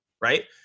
Right